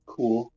Cool